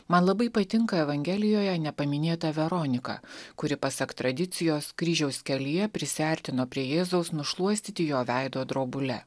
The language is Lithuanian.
man labai patinka evangelijoje nepaminėta veronika kuri pasak tradicijos kryžiaus kelyje prisiartino prie jėzaus nušluostyti jo veido drobule